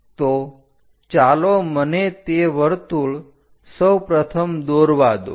તો ચાલો મને તે વર્તુળ સૌપ્રથમ દોરવા દો